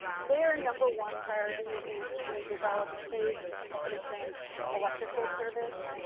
their number one priority is to develop safe and efficient electrical service.